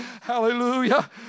Hallelujah